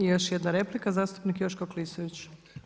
I još jedna replika zastupnik Joško Klisović.